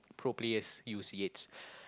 pro players use Yates